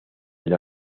del